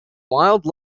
wilde